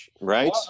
right